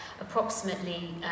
approximately